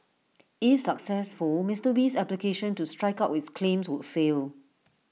if successful Mister Wee's application to strike out with claims would fail